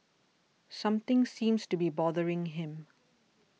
something seems to be bothering him